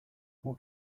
what